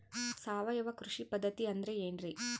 ಸಾವಯವ ಕೃಷಿ ಪದ್ಧತಿ ಅಂದ್ರೆ ಏನ್ರಿ?